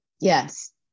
Yes